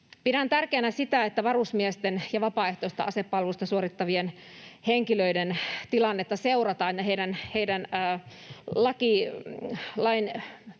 Pidän tärkeänä sitä, että varusmiesten ja vapaaehtoista asepalvelusta suorittavien henkilöiden tilannetta seurataan ja lakia